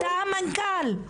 אתה המנכ"ל.